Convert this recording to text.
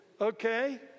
okay